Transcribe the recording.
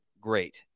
great